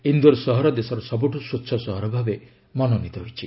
ଇନ୍ଦୋର ସହର ଦେଶର ସବୁଠୁ ସ୍ୱଚ୍ଚ ସହର ଭାବେ ମନୋନୀତ ହୋଇଛି